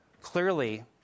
clearly